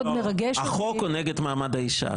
החוק הוא נגד מעמד האישה,